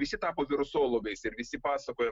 visi tapo virusologais ir visi pasakoja